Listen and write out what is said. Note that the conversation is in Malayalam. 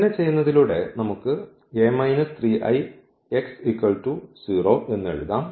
അങ്ങനെ ചെയ്യുന്നതിലൂടെ നമുക്ക് എന്ന് എഴുതാം